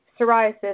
psoriasis